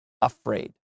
afraid